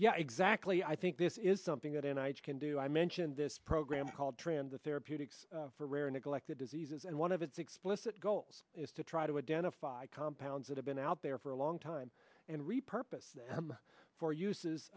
yeah exactly i think this is something that and i can do i mentioned this program called trans the therapeutics for rare neglected diseases and one of its explicit goals is to try to identify compounds that have been out there for a long time and repurpose